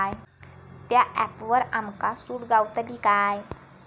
त्या ऍपवर आमका सूट गावतली काय?